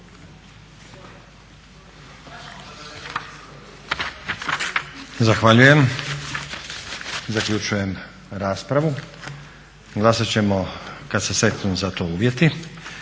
Zahvaljujem. Zaključujem raspravu. Glasati ćemo kada se steknu za to uvijeti.